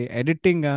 editing